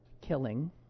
killing